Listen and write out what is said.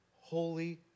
holy